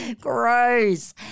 Gross